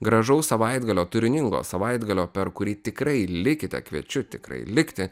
gražaus savaitgalio turiningo savaitgalio per kurį tikrai likite kviečiu tikrai likti